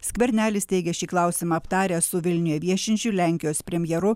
skvernelis teigė šį klausimą aptaręs su vilniuje viešinčiu lenkijos premjeru